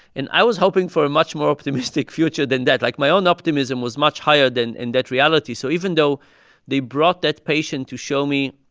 and i was hoping for a much more optimistic future than that. like, my own optimism was much higher than and that reality. so even though they brought that patient to show me